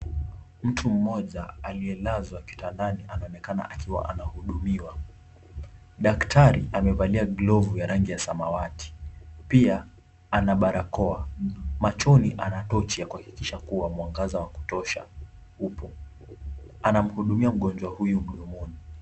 Mtu mmoja aliyelazwa kitandani anaonekana akiwa anahudumiiwa. Daktari amevalia glovu ya rangi ya samawati, pia ana barakoa. Machoni ana tochi kuhakikisha kuwa mwangaza wa kutosha upo. Anamhudumia mgonjwa huyu mdomoni.